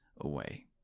away